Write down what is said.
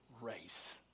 race